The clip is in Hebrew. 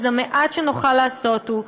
אז המעט שנוכל לעשות הוא,